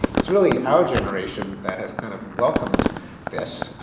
it's really our generation that has kind of welcomed this,